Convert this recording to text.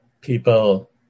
people